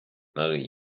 marie